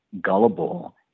gullible